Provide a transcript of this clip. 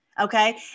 okay